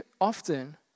often